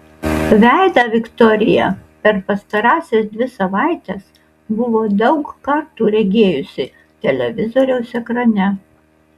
veidą viktorija per pastarąsias dvi savaites buvo daug kartų regėjusi televizoriaus ekrane